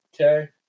okay